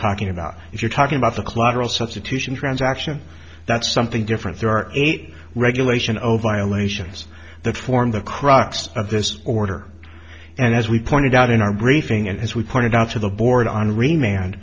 talking about if you're talking about the collateral substitution transaction that's something different there are eight regulation over iowa nations that form the crux of this order and as we pointed out in our briefing and as we pointed out to the board